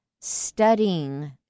studying